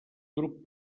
grup